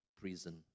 Prison